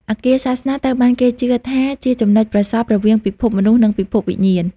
អគារសាសនា ត្រូវបានគេជឿថាជាចំណុចប្រសព្វរវាងពិភពមនុស្សនិងពិភពវិញ្ញាណ។